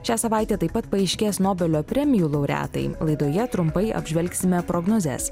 šią savaitę taip pat paaiškės nobelio premijų laureatai laidoje trumpai apžvelgsime prognozes